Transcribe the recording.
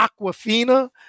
Aquafina